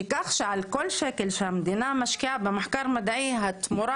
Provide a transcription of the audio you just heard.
שכך על כל שקל שהמדינה משקיעה במחקר מדעי התמורה